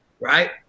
right